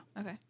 Okay